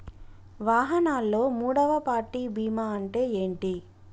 వాహనాల్లో మూడవ పార్టీ బీమా అంటే ఏంటి?